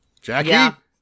Jackie